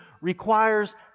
requires